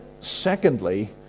secondly